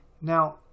Now